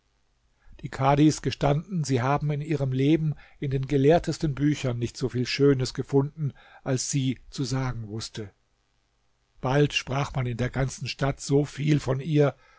die kadhis gestanden sie haben in ihrem leben in den gelehrtesten büchern nicht so viel schönes gefunden als sie zu sagen wußte bald sprach man in der ganzen stadt so viel von ihr